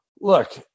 Look